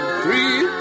three